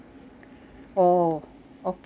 oh okay